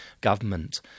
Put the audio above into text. government